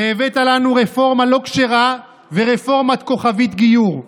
והבאת לנו רפורמה לא כשרה ורפורמת כוכבית גיור,